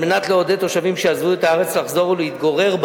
כדי לעודד תושבים שעזבו את הארץ לחזור ולהתגורר בה,